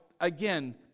again